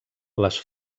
les